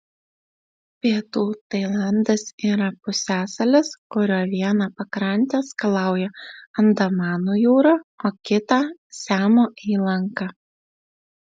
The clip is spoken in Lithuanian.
pietų tailandas yra pusiasalis kurio vieną pakrantę skalauja andamanų jūra o kitą siamo įlanka